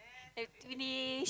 finish